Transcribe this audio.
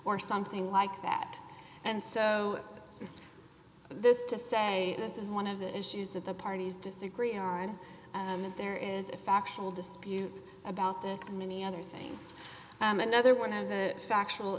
or something like that and so this to say this is one of the issues that the parties disagree on and that there is a factual dispute about this and many other things and another one of the factual